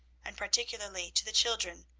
and particularly to the children,